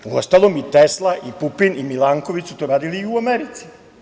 Uostalom, i Tesla, i Pupin, i Milanković su to radili u Americi.